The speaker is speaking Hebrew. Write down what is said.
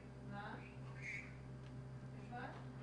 אז מה אתם הולכים לעשות?